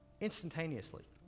instantaneously